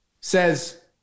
Says